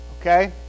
Okay